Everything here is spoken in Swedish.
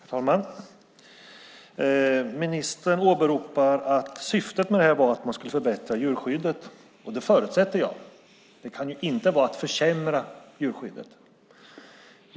Herr talman! Ministern åberopar att syftet med det här var att man skulle förbättra djurskyddet. Det förutsätter jag. Det kan ju inte vara att försämra djurskyddet.